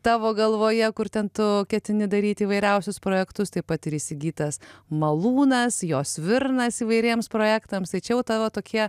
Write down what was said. tavo galvoje kur ten tu ketini daryti įvairiausius projektus taip pat ir įsigytas malūnas jo svirnas įvairiems projektams tai čia jau tavo tokie